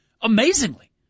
amazingly